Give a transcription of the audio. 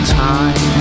time